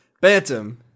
Bantam